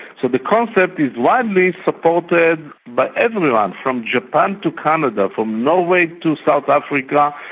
so the concept is widely supported by everyone, from japan to canada, from norway to south africa,